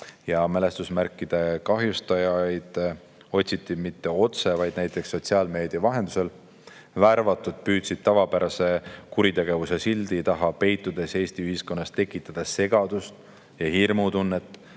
Mälestusmärkide kahjustajaid otsiti mitte otse, vaid näiteks sotsiaalmeedia vahendusel. Värvatud püüdsid tavapärase kuritegevuse sildi taha peitudes Eesti ühiskonnas tekitada segadust ja hirmutunnet,